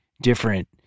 different